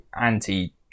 anti